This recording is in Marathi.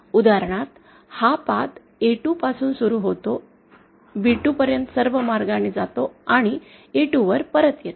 उदाहरणार्थ हा पाथ A2 पासून सुरू होतो B2 पर्यंत सर्व मार्गाने जातो आणि A2 वर परत येतो